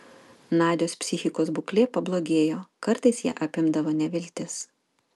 nadios psichikos būklė pablogėjo kartais ją apimdavo neviltis